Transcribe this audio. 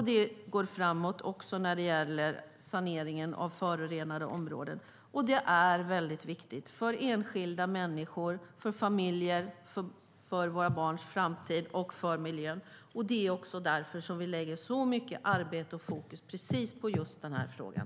Det går också framåt när det gäller saneringen av förorenade områden. Det är viktigt för enskilda människor, för familjer, för våra barns framtid och för miljön. Det är också därför som vi lägger så mycket arbete och fokus på precis just den frågan.